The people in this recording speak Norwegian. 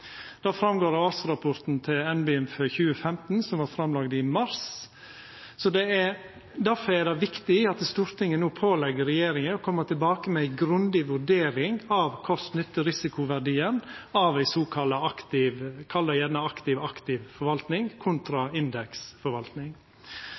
til NBIM for 2015, som vart framlagd i mars. Difor er det viktig at Stortinget no pålegg regjeringa å koma tilbake med ei grundig vurdering av kost–nytte-verdien og risikoen ved såkalla aktiv forvaltning, kall det gjerne aktiv–aktiv-forvaltning, kontra